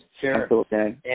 Sure